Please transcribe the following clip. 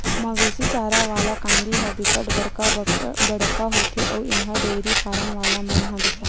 मवेशी चारा वाला कांदी ह बिकट बड़का बड़का होथे अउ एला डेयरी फारम वाला मन ह बिसाथे